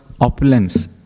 opulence